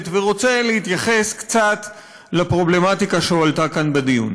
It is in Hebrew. ורוצה להתייחס קצת לפרובלמטיקה שהועלתה כאן בדיון.